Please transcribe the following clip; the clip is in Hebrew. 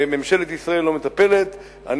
שממשלת ישראל לא מטפלת בהם,